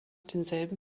denselben